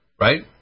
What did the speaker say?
right